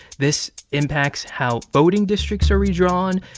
this impacts how voting districts are redrawn.